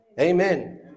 Amen